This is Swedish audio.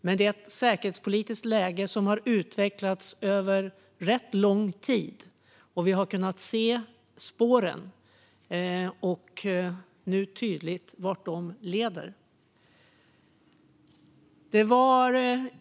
Men det är ett säkerhetspolitiskt läge som har utvecklats under rätt lång tid, och vi har kunnat se - det är nu tydligt - vart spåren leder.